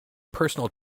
personal